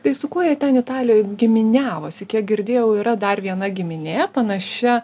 tai su kuo jie ten italijoj giminiavosi kiek girdėjau yra dar viena giminė panašia